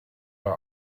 war